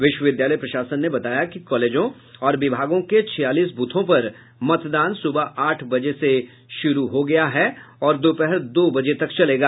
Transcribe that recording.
विश्वविद्यालय प्रशासन ने बताया कि कॉलेजों और विभागों के छियालीस ब्रथों पर मतदान सुबह आठ बजे से शुरू हो गया है और दोपहर दो बजे तक चलेगा